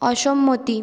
অসম্মতি